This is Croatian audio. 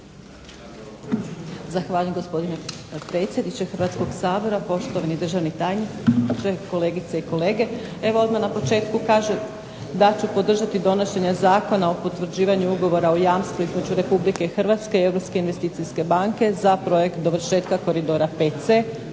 Zahvaljujem gospodine predsjedniče Hrvatskog sabora, poštovani državni tajniče, kolegice i kolege. Evo odmah na početku kažem da ću podržati donošenje Zakona o potvrđivanju ugovora o jamstvu između Republike Hrvatske i Europske investicijske